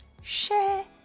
share